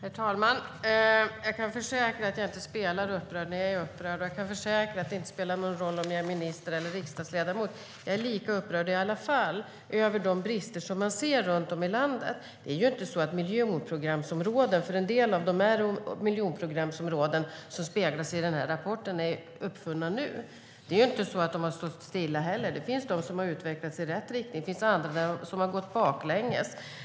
Herr talman! Jag kan försäkra att jag inte spelar upprörd när jag är upprörd, och jag kan försäkra att det inte spelar någon roll om jag är minister eller riksdagsledamot; jag är i alla fall lika upprörd över de brister som syns runt om i landet. En del av de områden som speglas i rapporten är miljonprogramsområden, men de har inte uppfunnits nu. De har inte heller stått stilla. Det finns de områden som har utvecklats i rätt riktning, och det finns andra som har gått baklänges.